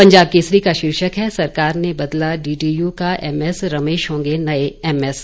पंजाब केसरी का शीर्षक है सरकार ने बदला डीडीयू का एमएस रमेश होंगे नए एमएस